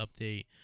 update